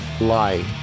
lie